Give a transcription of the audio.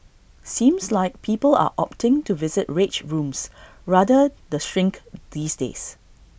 seems like people are opting to visit rage rooms rather the shrink these days